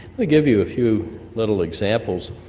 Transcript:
we give you a few little examples.